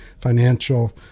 financial